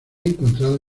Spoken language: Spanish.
encontrado